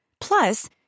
Plus